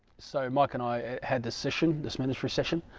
so mike and i had this session this ministry session,